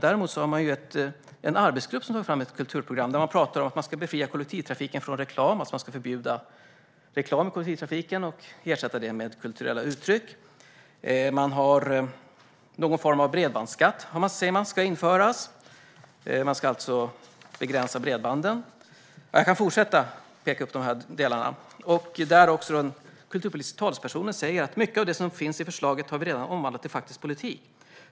Däremot har man utsett en arbetsgrupp som ska ta fram ett kulturprogram. Där talar man om att man ska befria kollektivtrafiken från reklam. Man kan förbjuda reklam i kollektivtrafiken och ersätta det med kulturella uttryck. Man säger att någon form av bredbandsskatt ska införas. Man ska alltså begränsa bredbanden. Jag kan fortsätta att peka ut delarna. Den kulturpolitiska talespersonen säger: Mycket av det som finns i förslaget har vi redan omvandlat i faktisk politik.